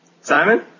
Simon